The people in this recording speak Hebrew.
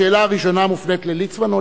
השאלה הראשונה מופנית לליצמן או